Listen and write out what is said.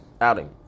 Outing